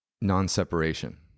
non-separation